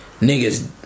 niggas